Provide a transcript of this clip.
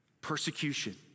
Persecution